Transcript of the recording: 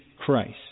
Christ